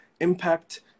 impact